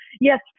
yes